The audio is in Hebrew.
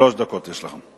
בבקשה, שלוש דקות יש לך.